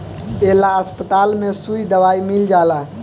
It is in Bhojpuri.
ए ला अस्पताल में सुई दवाई मील जाला